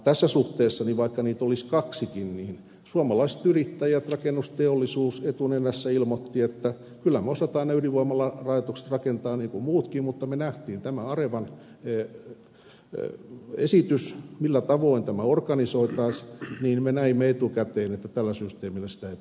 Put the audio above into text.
tässä suhteessa vaikka niitä olisi kaksikin niin suomalaiset yrittäjät rakennusteollisuus etunenässä ilmoittivat että kyllä me osaamme ne ydinvoimalaitokset rakentaa niin kuin muutkin mutta me näimme tämän arevan esityksen millä tavoin tämä organisoitaisiin ja me näimme etukäteen että tällä systeemillä sitä ei pidä tehdä